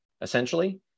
essentially